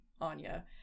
Anya